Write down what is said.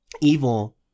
evil